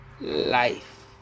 life